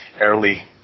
early